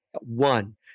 one